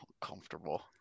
comfortable